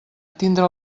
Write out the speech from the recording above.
tindre